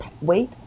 wait